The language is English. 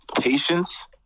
patience